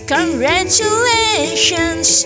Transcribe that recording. Congratulations